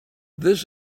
this